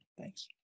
Thanks